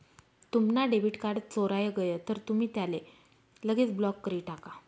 तुम्हना debit card चोराय गय तर तुमी त्याले लगेच ब्लॉक करी टाका